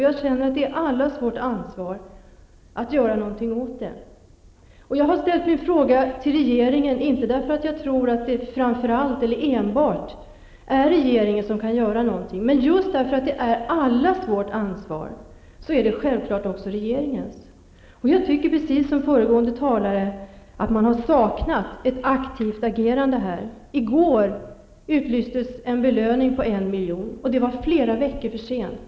Jag känner också att det är allas vårt ansvar att göra någonting åt detta. Jag har ställt min fråga till regeringen, inte därför att jag tror att det framför allt, eller enbart, är regeringen som kan göra någonting, utan därför att det är allas vårt ansvar, således också regeringens ansvar, att göra någonting. Jag tycker precis som föregående talare att ett aktivt agerande har saknats. I går utlystes en belöning på 1 milj.kr., men det är flera veckor för sent.